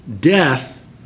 Death